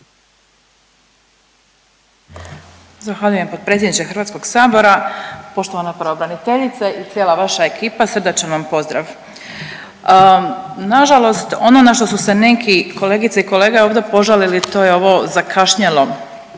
Zahvaljujem potpredsjedniče Hrvatskog sabora. Poštovana pravobraniteljice i cijela vaša ekipa, srdačan vam pozdrav. Nažalost ono na što su se neki kolegice i kolege ovdje požalili to je ovo zakašnjelo